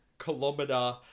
kilometer